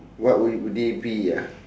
what would they be ah